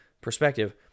perspective